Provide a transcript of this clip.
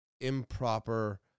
improper